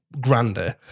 grander